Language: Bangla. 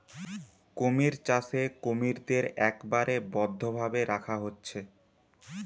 কুমির চাষে কুমিরদের একবারে বদ্ধ ভাবে রাখা হচ্ছে